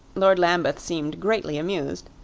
lord lambeth seemed greatly amused.